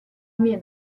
方面